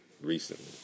recently